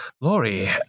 Laurie